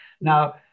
Now